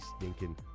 stinking